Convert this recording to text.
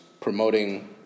promoting